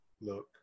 look